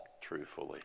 truthfully